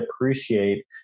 appreciate